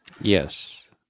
Yes